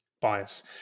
bias